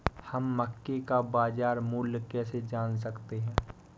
हम मक्के का बाजार मूल्य कैसे जान सकते हैं?